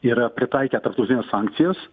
yra pritaikę tarptautines sankcijas